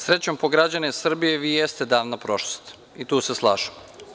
Srećom po građane Srbije, vi jeste davna prošlost i tu se slažem.